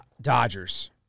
Dodgers